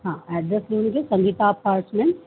हां ॲड्रेस लिहून घे की संगीता अपार्ट्समेंट्स